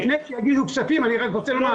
לפני שיגידו כספים אני רק רוצה לומר,